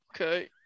okay